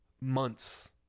months